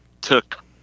took